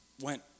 went